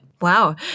Wow